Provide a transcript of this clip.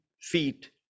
Feet